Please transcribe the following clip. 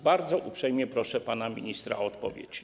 Bardzo uprzejmie proszę pana ministra o odpowiedź.